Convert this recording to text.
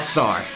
Star